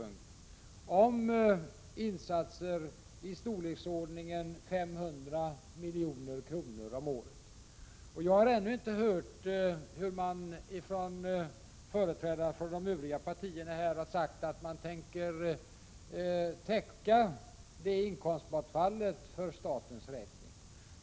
Det handlar om insatser i storleksordningen 500 milj.kr. om året. Jag har ännu inte hört hur företrädarna för de övriga partierna här tänker sig att täcka ett inkomstbortfall av den storleksordningen för staten.